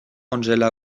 angela